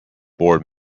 board